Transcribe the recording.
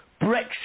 Brexit